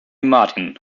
martin